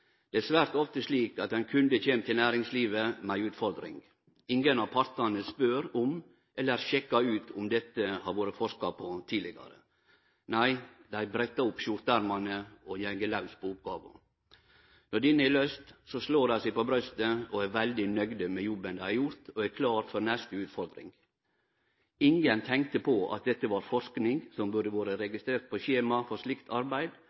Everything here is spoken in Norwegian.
Det er svært ofte slik at ein kunde kjem til næringslivet med ei utfordring. Ingen av partane spør, eller sjekkar ut, om det har vore forska på dette tidlegare. Nei, dei brettar opp skjorteermane og går laus på oppgåva. Når ho er løyst, slår dei seg på brystet og er veldig nøgde med jobben dei har gjort, og er klare for neste utfordring. Ingen tenkte på at dette var forsking som burde vore registrert på skjema for slikt arbeid,